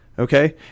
Okay